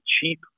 cheap